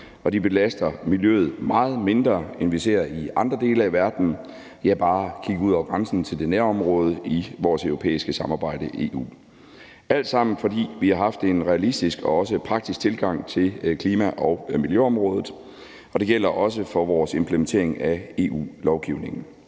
de belaster miljøet meget mindre, end vi ser det i andre dele af verden. Bare kig over grænsen til de nærmeste områder i vores europæiske samarbejde, EU. Det er alt sammen, fordi vi har haft en realistisk og også praktisk tilgang til klima- og miljøområdet, og det gælder også for vores implementering af EU-lovgivning.